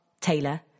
Taylor